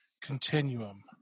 continuum